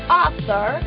author